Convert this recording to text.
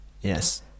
Yes